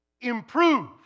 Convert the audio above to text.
improve